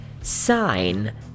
Sign